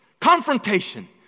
confrontation